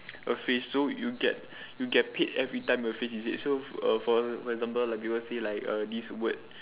a phrase so you get you get paid every time a phrase is said so err for for example like people say like err this word